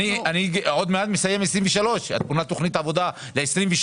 אני עוד מעט מסיים 23'. את בונה תוכנית עבודה ל-23'?